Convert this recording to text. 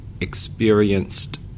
experienced –